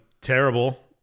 terrible